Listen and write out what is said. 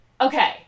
Okay